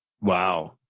Wow